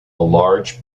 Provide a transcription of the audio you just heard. large